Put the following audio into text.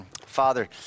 Father